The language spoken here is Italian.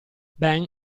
ben